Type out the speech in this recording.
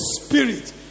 spirit